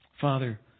Father